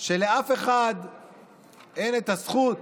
ולאף אחד אין את הזכות